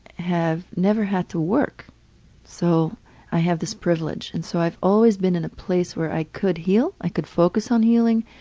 have never had to work so i have this privilege and so i've always been in a place where i could heal, i could focus on healing,